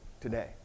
today